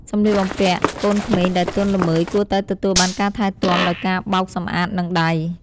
សម្លៀកបំពាក់កូនក្មេងដែលទន់ល្មើយគួរតែទទួលបានការថែទាំដោយការបោកសម្អាតនឹងដៃ។